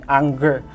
anger